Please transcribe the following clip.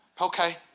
Okay